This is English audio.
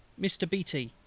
mr. beatty,